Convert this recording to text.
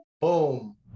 boom